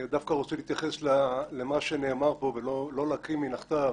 אני דווקא רוצה להתייחס למה שנאמר פה ולא להקריא מן הכתב.